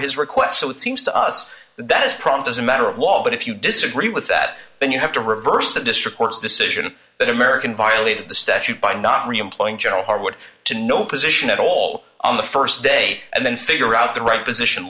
his request so it seems to us that is prompt as a matter of law but if you disagree with that then you have to reverse the district court's decision that american violated the statute by not employing general hard to no position at all on the st day and then figure out the right position